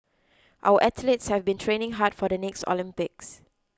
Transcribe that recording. our athletes have been training hard for the next Olympics